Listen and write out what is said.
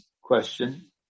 question